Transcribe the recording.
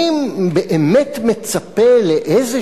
אני באמת מצפה לאיזה